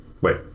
Wait